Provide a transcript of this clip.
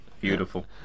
Beautiful